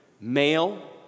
Male